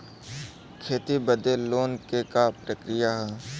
खेती बदे लोन के का प्रक्रिया ह?